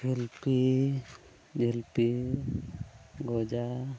ᱡᱷᱤᱞᱯᱤ ᱡᱷᱤᱞᱯᱤ ᱜᱚᱡᱟ